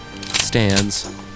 stands